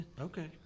Okay